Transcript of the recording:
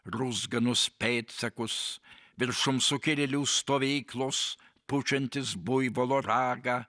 ruzganus pėdsakus viršum sukilėlių stovyklos pučiantis buivolo ragą